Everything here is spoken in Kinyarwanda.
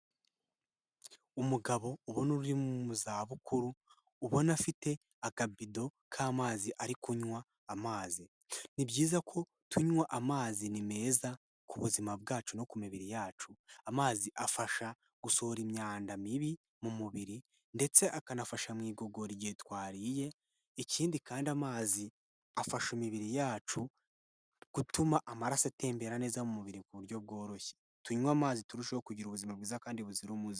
Umugabo ubona uri mu zabukuru ubona afite akabido k'amazi, ari kunywa amazi, ni byiza ko tunywa amazi meza ku buzima bwacu no ku mibiri yacu. Amazi afasha gusohora imyanda mibi mu mubiri ndetse akanafasha mu igogora igihe twariye, ikindi kandi amazi afasha imibiri yacu gutuma amaraso atembera neza mu mubiri ku buryo bworoshye. Tunywa amazi turushaho kugira ubuzima bwiza kandi buzira umuze.